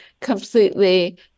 completely